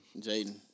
Jaden